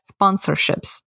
sponsorships